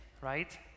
right